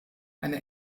eine